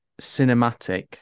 cinematic